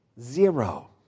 Zero